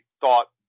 thought